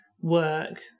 work